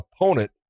opponent